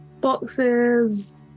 boxes